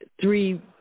three